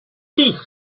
teeth